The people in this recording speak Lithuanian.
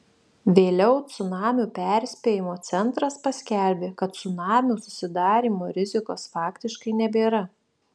vėliau cunamių perspėjimo centras paskelbė kad cunamių susidarymo rizikos faktiškai nebėra